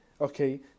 Okay